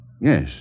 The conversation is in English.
Yes